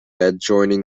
adjoining